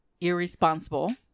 irresponsible